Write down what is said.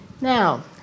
Now